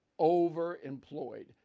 overemployed